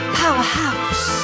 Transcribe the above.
powerhouse